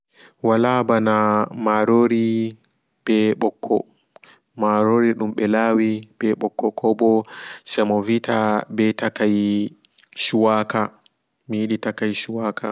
Wala ɓana marori ɓe ɓokko marori dum ɓelawi ɓe ɓokko koɓo semovita ɓe takai shuwaka miyidi takai shuwaka.